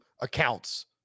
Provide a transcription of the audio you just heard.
accounts